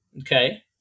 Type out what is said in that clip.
Okay